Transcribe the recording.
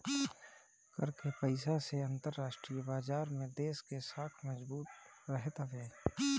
कर के पईसा से अंतरराष्ट्रीय बाजार में देस के साख मजबूत रहत हवे